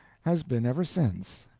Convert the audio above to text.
has been ever since.